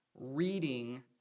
reading